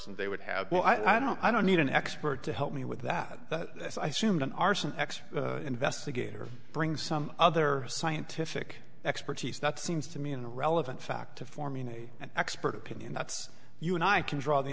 son they would have well i don't i don't need an expert to help me with that as i soon an arson ex investigator bring some other scientific expertise that seems to me an relevant fact to formulate an expert opinion that's you and i can draw the